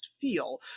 feel